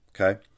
Okay